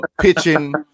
pitching